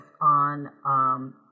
on